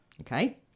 Okay